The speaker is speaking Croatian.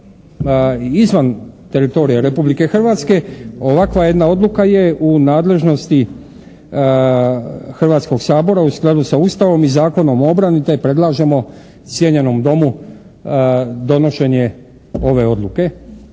izvan teritorija Republike Hrvatske ovakva jedna odluka je u nadležnosti Hrvatskog sabora u skladu sa Ustavom i Zakonom o obrani te predlažemo cijenjenom Domu donošenje ove odluke